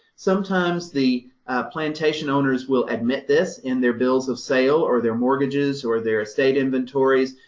sometimes the plantation owners will admit this in their bills of sale or their mortgages or their estate inventories.